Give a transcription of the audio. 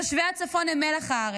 תושבי הצפון הם מלח הארץ,